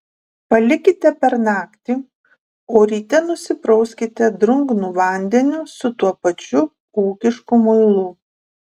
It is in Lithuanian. palikite per naktį o ryte nusiprauskite drungnu vandeniu su tuo pačiu ūkišku muilu